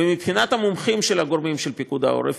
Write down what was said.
ומבחינת המומחים של הגורמים של פיקוד העורף,